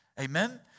Amen